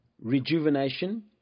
rejuvenation